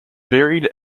buried